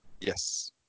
Yes